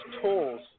tools –